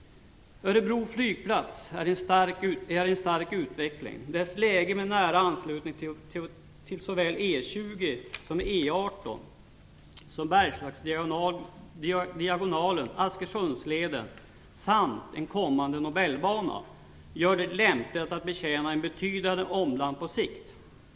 Örebro flygplats är i stark utveckling. Dess läge med nära anslutning till såväl E20, E18 och Bergslagsdiagonalen/Askersundsleden samt en kommande Nobelbana gör den lämplig att betjäna ett betydande omland på sikt.